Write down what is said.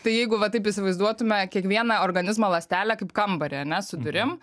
tai jeigu va taip įsivaizduotume kiekvieną organizmo ląstelę kaip kambarį ane su durim